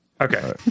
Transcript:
Okay